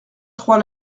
trois